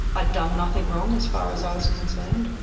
i'd done nothing wrong, as far as i was concerned.